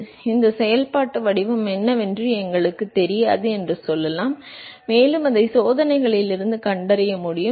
எனவே இந்த செயல்பாட்டு வடிவம் என்னவென்று எங்களுக்குத் தெரியாது என்று சொல்லலாம் மேலும் அதை சோதனைகளில் இருந்து கண்டறிய முடியுமா